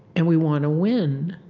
and we want to win.